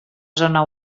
zona